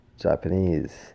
Japanese